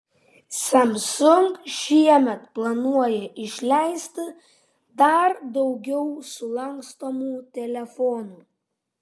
samsung šiemet planuoja išleisti dar daugiau sulankstomų telefonų